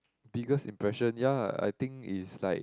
biggest impression ya I think is like